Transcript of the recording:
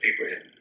Abraham